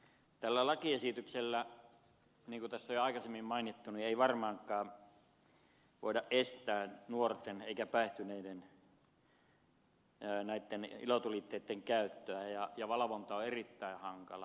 tällä lakiesityksellä niin kuin tässä on jo aikaisemmin mainittu ei varmaankaan voida estää nuorten eikä päihtyneiden ilotulitteitten käyttöä ja valvonta on erittäin hankalaa